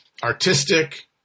Artistic